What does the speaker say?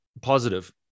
positive